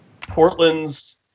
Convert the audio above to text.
Portland's